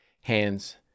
hands